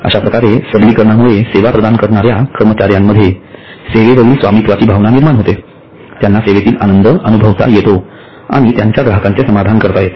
अश्या प्रकारच्या सबलीकरणामुळे सेवा प्रदान करणाऱ्या कर्मचाऱ्यांमध्ये सेवेवरील स्वामित्वाची भावना निर्माण होते त्यांना सेवेतील आनंद अनुभवता येतो आणि त्यांच्या ग्राहकाचे समाधान करता येते